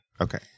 Okay